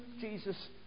Jesus